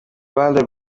ruhande